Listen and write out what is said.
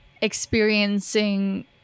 experiencing